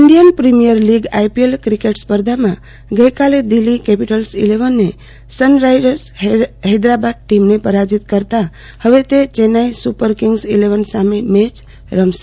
Indian Premier League I P L cricket સ્પર્ધામાં Delhi Capitals ઈલેવને Sunriser Hyderabad ટીમને પરાજિત કરતાં હવે તે ચેન્નાઈ સપર કિંગ ઈલેવન સામે મેચ રમશે